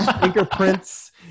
fingerprints